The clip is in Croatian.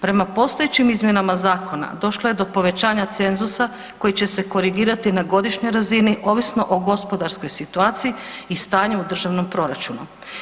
Prema postojećim izmjenama zakona došlo je do povećanja cenzusa koji će se korigirati na godišnjoj razini ovisno o gospodarskoj situaciji i stanju u državnom proračunu.